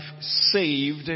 saved